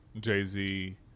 Jay-Z